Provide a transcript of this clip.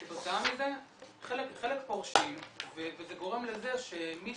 כתוצאה מזה חלק פורשים וזה גורם לזה שמי